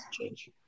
change